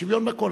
שוויון בכול.